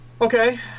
Okay